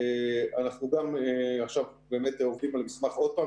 אנחנו עכשיו באמת עובדים על מסמך עוד פעם